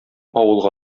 авылга